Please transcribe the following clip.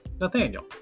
Nathaniel